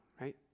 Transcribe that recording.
right